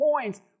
points